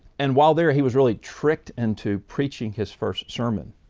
and while there he was really tricked into preaching his first sermon.